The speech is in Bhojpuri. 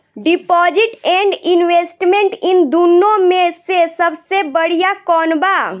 डिपॉजिट एण्ड इन्वेस्टमेंट इन दुनो मे से सबसे बड़िया कौन बा?